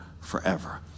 forever